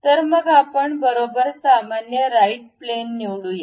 तर मग आपण बरोबर सामान्य राईट प्लॅन निवडूया